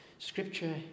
Scripture